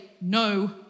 no